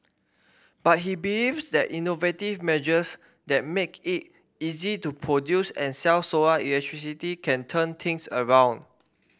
but he believes that innovative measures that make it easy to produce and sell solar electricity can turn things around